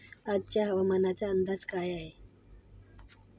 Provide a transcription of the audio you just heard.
आजचा हवामानाचा अंदाज काय आहे?